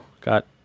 got